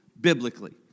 biblically